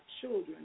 children